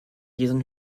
diesen